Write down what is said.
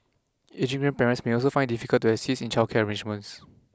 ageing grandparents may also find difficult to assist in childcare arrangements